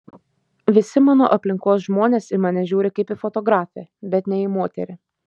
visi mano aplinkos žmonės į mane žiūri kaip į fotografę bet ne į moterį